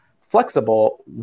flexible